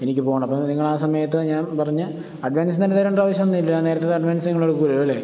എനിക്ക് പോകണം അപ്പോള് നിങ്ങളാ സമയത്ത് ഞാൻ പറഞ്ഞ അഡ്വാൻസ് തന്നെ തരേണ്ട ആവശ്യമൊന്നുമില്ല ഞാൻ നേരത്തെ അഡ്വാൻസ് നിങ്ങള് എടുക്കുകയില്ലല്ലോ അല്ലേ